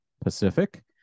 Pacific